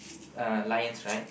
uh lions right